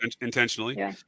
intentionally